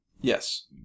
Yes